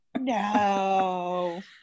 no